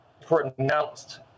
pronounced